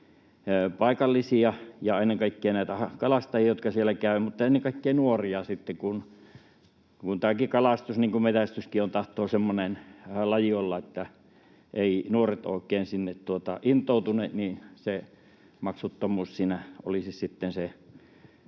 paikallisia ja ennen kaikkea näitä kalastajia, jotka siellä käyvät, mutta ennen kaikkea myös nuoria. Koska kalastus, niin kuin metsästyskin, tahtoo olla semmoinen laji, että nuoret eivät ole oikein sinne intoutuneet, niin se maksuttomuus siinä olisi tavallaan